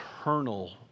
eternal